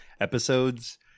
episodes